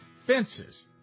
Fences